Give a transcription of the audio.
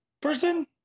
person